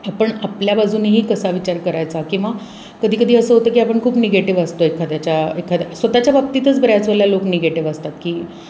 आपण आपल्या बाजूनेही कसा विचार करायचा किंवा कधी कधी असं होतं की आपण खूप निगेटिव्ह असतो एखाद्याच्या एखाद्या स्वतःच्या बाबतीतच बऱ्याच वेळला लोक निगेटिव्ह असतात की